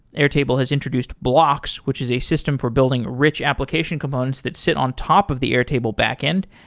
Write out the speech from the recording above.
air table has introduced blocks, which is a system for building rich application components that sit on top of the airtable backend.